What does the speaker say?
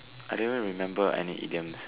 I don't even remember any idioms